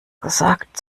gesagt